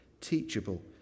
teachable